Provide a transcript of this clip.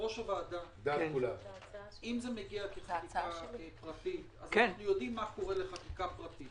אם זה מגיע בחקיקה פרטית אנחנו יודעים מה קורה לחקיקה פרטית.